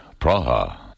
Praha